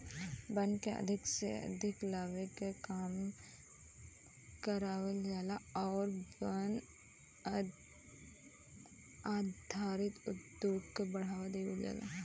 वन के अधिक से अधिक लगावे के काम करावल जाला आउर वन आधारित उद्योग के बढ़ावा देवल जाला